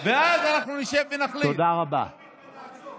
אז נשב עם השרה ואז נחליט.